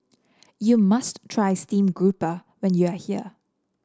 you must try stream grouper when you are here